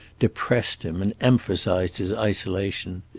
depressed him and emphasized his isolation.